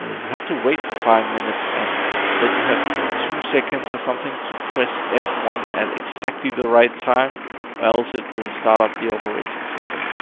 ah you have to wait for five minutes, and then you have two seconds or something to press f one at exactly the right time, or else it will start up the operating system.